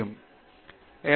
சில நேரங்களில் ஒரு எம்